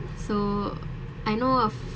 so I know of